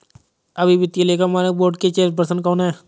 अभी वित्तीय लेखा मानक बोर्ड के चेयरपर्सन कौन हैं?